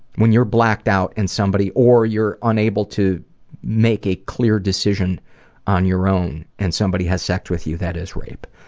when you're blacked out and somebody or you're unable to make on clear decision on your own and somebody has sex with you, that is rape.